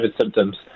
symptoms